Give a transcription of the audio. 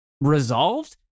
resolved